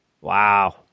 Wow